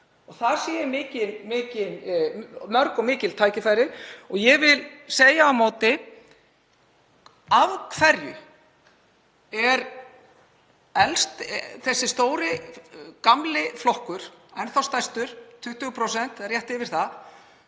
Þar sé ég mörg og mikil tækifæri. Ég vil segja á móti: Af hverju er þessi stóri gamli flokkur, enn þá stærstur, 20% eða rétt yfir það,